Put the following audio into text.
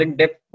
depth